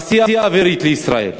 התעשייה האווירית לישראל.